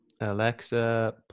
alexa